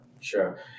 sure